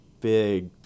big